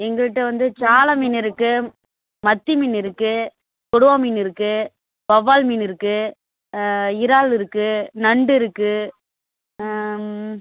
எங்கக்கிட்டே வந்து சால மீன் இருக்குது மத்தி மீன் இருக்குது கொடுவா மீன் இருக்குது வவ்வால் மீன் இருக்குது இறால் இருக்குது நண்டு இருக்குது